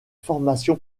formation